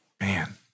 Man